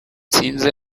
nsinzi